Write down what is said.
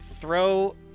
throw –